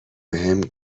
بهم